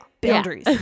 boundaries